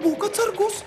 būk atsargus